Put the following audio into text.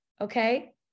Okay